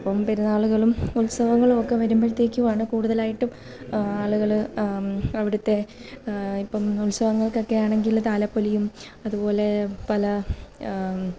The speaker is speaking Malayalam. അപ്പോള് പെരുന്നാളുകളും ഉത്സവങ്ങളുമൊക്കെ വരുമ്പഴ്ത്തേക്കുവാണ് കൂടുതലായിട്ടും ആളുകള് അവിടുത്തെ ഇപ്പോള് ഉത്സവങ്ങൾക്കെക്കെയാണെങ്കില് താലപ്പൊലിയും അതുപോലെ പല